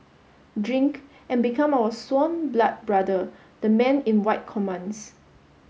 drink and become our sworn blood brother the man in white commands